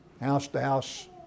house-to-house